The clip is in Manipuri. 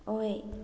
ꯑꯣꯏ